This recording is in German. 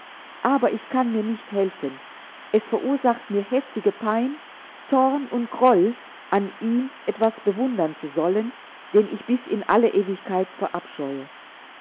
aber ich kann mir nicht helfen es verursacht mir heftige pein zorn und groll an ihm etwas bewundern zu sollen den ich bis in alle ewigkeit verabscheue